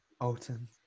Alton